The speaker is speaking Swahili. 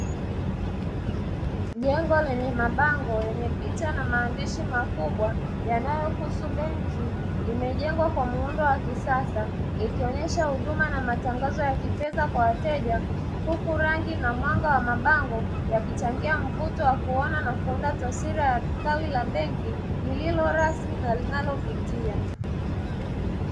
Jengo lenye mabango yenye picha na maandishi makubwa yanayohusu benki imejengwa kwa muundo wa kisasa, ikionyesha huduma na matangazo ya kifedha kwa wateja, huku rangi na mwanga wa mabango yakichangia mvuto wa kuona na kuunda taswira ya tawi la benki lililo rasmi na linalovutia.